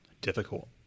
difficult